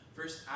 First